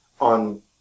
on